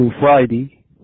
Friday